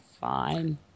Fine